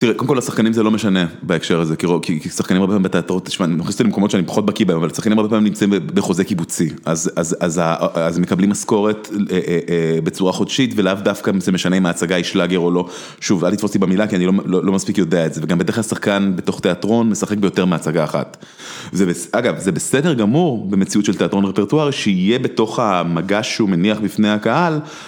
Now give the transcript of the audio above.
תראה, קודם כל, לשחקנים זה לא משנה בהקשר הזה, כי שחקנים הרבה פעמים בתיאטרות, תשמע, אני מכניס אותי למקומות שאני פחות בקי בהם, אבל שחקנים הרבה פעמים נמצאים בחוזה קיבוצי, אז מקבלים משכורת בצורה חודשית, ולאו דווקא זה משנה אם ההצגה היא שלגר או לא, שוב, אל תתפוס אותי במילה, כי אני לא מספיק יודע את זה, וגם בדרך כלל שחקן בתוך תיאטרון משחק ביותר מההצגה אחת. אגב, זה בסדר גמור במציאות של תיאטרון רפרטוארי, שיהיה בתוך המגש שהוא מניח בפני הקהל